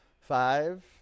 five